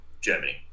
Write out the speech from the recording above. Germany